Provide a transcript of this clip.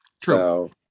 True